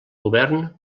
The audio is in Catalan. govern